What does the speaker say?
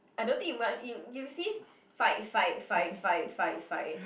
I don't think you you see fight fight fight fight fight fight